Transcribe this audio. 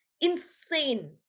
insane